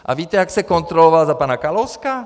A víte, jak se kontrolovalo za pana Kalouska?